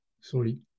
sorry